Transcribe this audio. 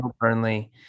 Burnley